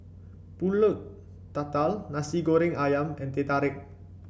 pulut tatal Nasi Goreng ayam and Teh Tarik